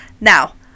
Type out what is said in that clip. Now